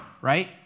right